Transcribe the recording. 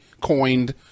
coined